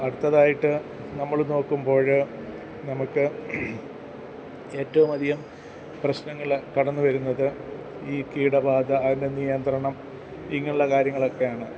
അടുത്തതായിട്ട് നമ്മൾ നോക്കുമ്പോൾ നമുക്ക് ഏറ്റവും അധികം പ്രശ്നങ്ങൾ കടന്നുവരുന്നത് ഈ കീടബാധ അതിൻ്റെ നിയന്ത്രണം ഇങ്ങനെയുള്ള കാര്യങ്ങളൊക്കെയാണ്